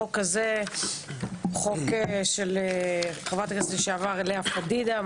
החוק הזה הוא חוק של חברת הכנסת לשעבר לאה פדידה,